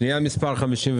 אנחנו מצביעים?.